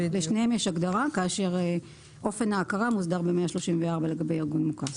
בשניהם יש הגדרה כאשר אופן ההכרה מוסדר ב-134 לגבי ארגון מוכר.